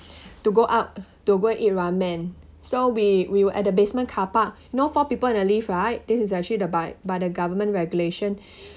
to go out to go and eat ramen so we we were at the basement car park you know four people in the lift right this is actually the by by the government regulation